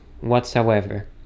whatsoever